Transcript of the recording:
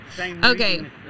Okay